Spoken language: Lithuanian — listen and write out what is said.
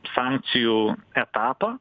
sankcijų etapą